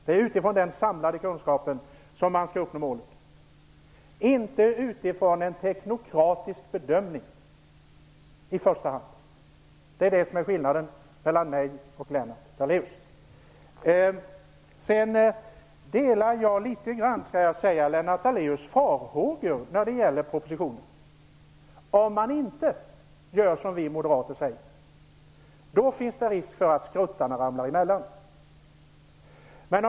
Det är genom den samlade kunskapen som man skall uppnå målen och inte utifrån en teknokratisk bedömning i första hand. Det är detta som är skillnaden mellan mig och Lennart Daléus. Jag delar litet grand Lennart Daléus farhågor när det gäller propositionen. Om man inte gör som vi moderater säger finns det risk för att "skuttarna" ramlar emellan.